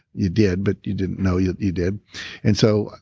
you did but you didn't know you you did and so.